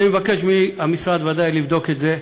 אני אבקש מהמשרד שיבדוק את זה.